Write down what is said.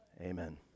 amen